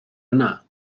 yna